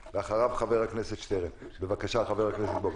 בבקשה.